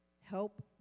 Help